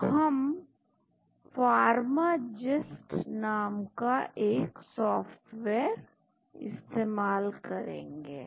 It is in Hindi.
तो हम फार्माजीस्ट नाम का एक सॉफ्टवेयर इस्तेमाल करेंगे